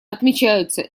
отмечаются